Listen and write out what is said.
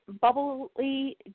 bubbly